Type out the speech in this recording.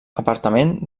apartament